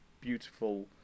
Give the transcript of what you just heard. beautiful